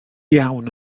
iawn